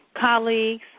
colleagues